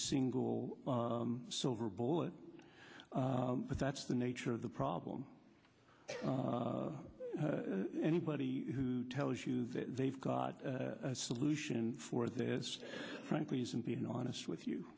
single silver bullet but that's the nature of the problem anybody who tells you that they've got a solution for this frankly isn't being honest with you